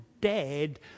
dead